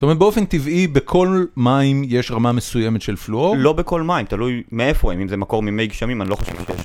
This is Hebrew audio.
זאת אומרת באופן טבעי בכל מים יש רמה מסוימת של פלואור? לא בכל מים, תלוי מאיפה הם, אם זה מקור ממי גשמים, אני לא חושב שיש.